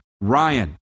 Ryan